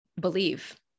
believe